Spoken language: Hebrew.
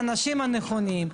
לאנשים הנכונים.